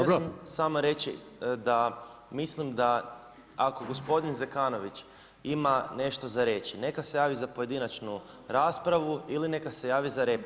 Htio sam samo reći da mislim da ako gospodin Zekanović ima nešto za reći neka se javi za pojedinačnu raspravu ili neka se javi za repliku.